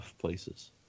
places